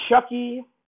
Chucky